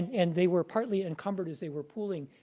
and they were partly encumbered as they were pooling,